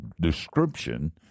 description